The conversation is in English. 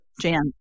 Jan